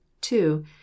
two